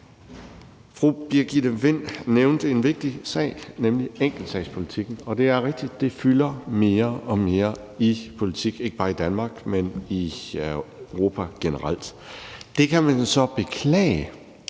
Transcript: Fru Birgitte Vind nævnte en vigtig sag, nemlig enkeltsagspolitikken. Det er rigtigt, at det fylder mere og mere i politik, ikke bare i Danmark, men i Europa generelt. Det kan man så beklage,